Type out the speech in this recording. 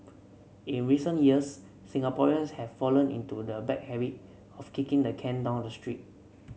in recent years Singaporeans have fallen into the bad habit of kicking the can down the street